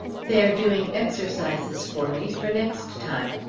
they are doing exercises for me for next time.